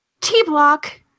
T-Block